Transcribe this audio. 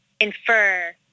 infer